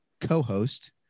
Co-host